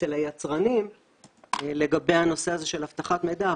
אצל היצרנים לגבי הנושא של אבטחת מידע.